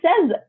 says